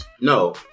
No